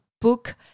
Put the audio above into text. book